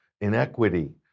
inequity